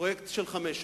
פרויקט של חמש שנים,